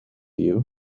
view